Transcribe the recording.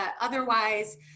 otherwise